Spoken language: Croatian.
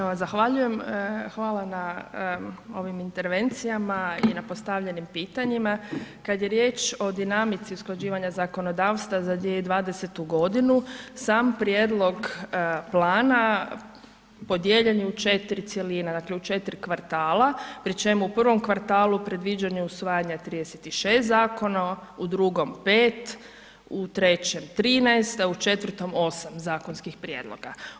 Evo zahvaljujem, hvala na ovim intervencijama i na postavljenim pitanjima, kad je riječ o dinamici usklađivanja zakonodavstva za 2020.g. sam prijedlog plana podijeljen je u 4 cjeline, dakle u 4 kvartala, pri čemu u prvom kvartalu predviđen je usvajanja 36 zakona, u drugom 5, u trećem 13, a u četvrtom 8 zakonskih prijedloga.